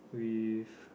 with